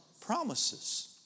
promises